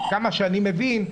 עד כמה שאני מבין,